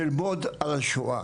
ללמוד על השואה